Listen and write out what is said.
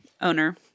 Owner